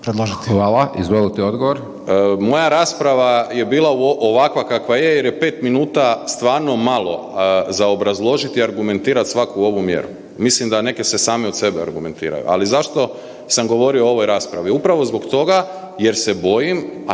Saša (SDP)** Moja rasprava je bila ovakva kakva je jer je 5 minuta stvarno malo za obrazložiti i argumentirati svaku ovu mjeru. Mislim da neke se same od sebe argumentiraju. Ali zašto sam govorio o ovoj raspravi? Upravo zbog toga jer se bojim,